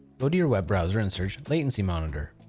go to your web browser and search latency monitor.